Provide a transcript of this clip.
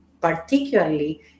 particularly